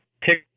pick